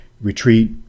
retreat